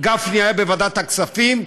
גפני היה בוועדת הכספים,